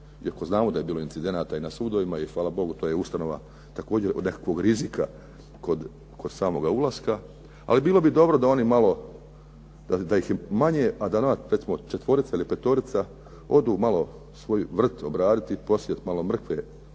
iako znamo da je bilo incidenata na sudovima i hvala Bogu to je ustanova također od nekakvog rizika kod samoga ulaska ali bilo bi dobro da oni malo, da ih je manje a da četvorica ili petorica odu malo svoj vrt obraditi, posijati malo mrkve,